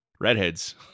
redheads